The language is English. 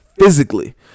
physically